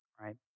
right